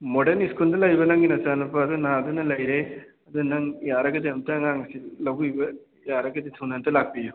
modern ꯁ꯭ꯀꯨꯜꯗ ꯂꯩꯔꯤꯕ ꯅꯪꯒꯤ ꯅꯆꯥꯅꯨꯄꯥꯗꯨ ꯅꯥꯗꯨꯅ ꯂꯩꯔꯦ ꯑꯗꯨ ꯅꯪ ꯌꯥꯔꯒꯗꯤ ꯑꯝꯇ ꯑꯉꯥꯡꯁꯤ ꯂꯧꯕꯤꯕ ꯌꯥꯔꯒꯗꯤ ꯊꯨꯅ ꯑꯝꯇ ꯂꯥꯛꯄꯤꯌꯨ